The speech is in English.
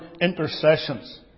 intercessions